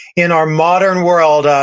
in our modern world,